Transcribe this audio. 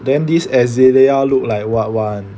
then this azalea all look like what [one]